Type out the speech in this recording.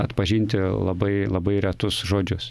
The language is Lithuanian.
atpažinti labai labai retus žodžius